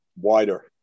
wider